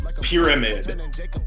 pyramid